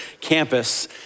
campus